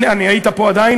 היית פה עדיין,